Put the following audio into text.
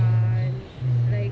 mm mm